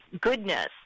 goodness